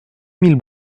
mille